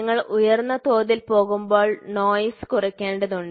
നിങ്ങൾ ഉയർന്ന തോതിൽ പോകുമ്പോൾ നോയ്സ് കുറയ്ക്കേണ്ടതുണ്ട്